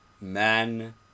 man